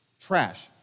trash